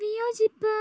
വിയോജിപ്പ്